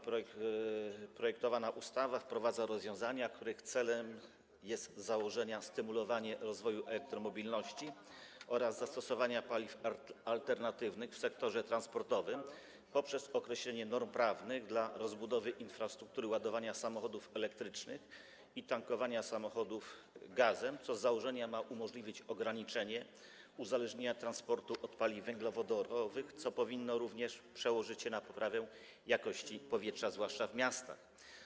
Projektowana ustawa wprowadza rozwiązania, których celem jest założenie stymulowania rozwoju elektromobilności oraz zastosowania paliw alternatywnych w sektorze transportowym poprzez określenie norm prawnych dotyczących rozbudowy infrastruktury ładowania samochodów elektrycznych i tankowania samochodów gazem, co z założenia ma umożliwić ograniczenie uzależnienia transportu od paliw węglowodorowych i powinno przełożyć się na poprawę jakości powietrza, zwłaszcza w miastach.